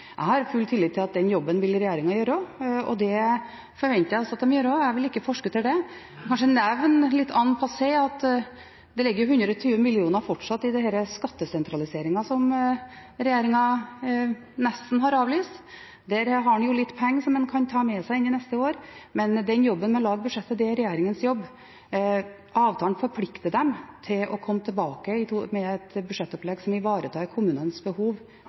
Jeg har full tillit til at regjeringen vil gjøre den jobben, og det forventer jeg også at den gjør. Jeg vil ikke forskuttere det. Jeg kan kanskje nevne, litt en passant, at det ligger 120 mill. kr fortsatt i denne skattesentraliseringen som regjeringen nesten har avlyst. Der har en jo litt penger som en kan ta med seg inn i neste år, men jobben med å lage budsjettet er regjeringens. Avtalen forplikter dem til å komme tilbake med et budsjettopplegg som ivaretar kommunenes behov